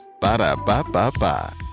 Ba-da-ba-ba-ba